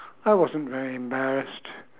I wasn't very embarrassed